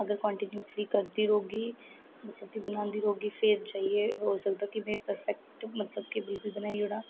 अगर कान्टीन्यूजली करदी रौह्गी मतलब कि बनादी रौह्गी फिर जाइयै होई सकदा कि में प्रफैक्ट मतलब कि उसी बनाई ओड़ां